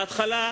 בהתחלה,